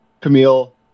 Camille